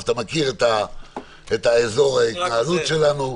אז אתה מכיר את אזור ההתנהלות שלנו.